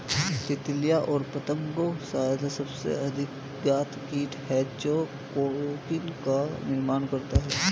तितलियाँ और पतंगे शायद सबसे अधिक ज्ञात कीट हैं जो कोकून का निर्माण करते हैं